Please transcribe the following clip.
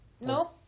no